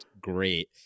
great